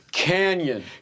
canyon